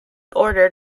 order